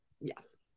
Yes